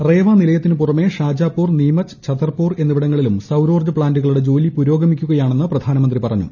റേവാ നിലയത്തിനു പുറമെ ഷാജാപുർ നീമച്ച് ഛത്തർപൂർ എന്നിവിടങ്ങളിലും സൌരോർജ ജോലി പ്ലാന്റുകളുടെ പുരോഗമിക്കുകയാണെന്ന് പ്രധാനമന്ത്രി പറഞ്ഞു